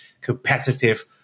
competitive